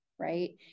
right